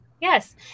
Yes